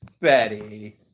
Betty